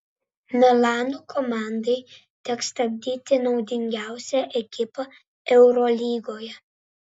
milano komandai teks stabdyti naudingiausią ekipą eurolygoje